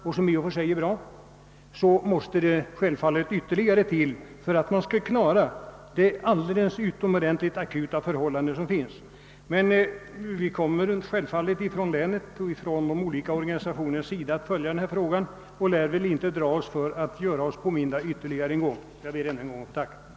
Det är i och för sig bra, men självfallet måste ytterligare åtgärder vidtagas för att man skall klara upp den utomordentligt akuta situation som föreligger. Vi kommer också självklart från det län jag representerar och från olika organisationers sida att följa den här frågan och lär inte dra oss för att göra oss påminda ytterligare en gång. Jag ber än en gång att få tacka för svaret!